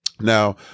Now